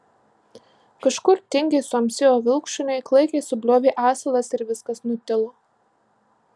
kažkur tingiai suamsėjo vilkšuniai klaikiai subliovė asilas ir viskas nutilo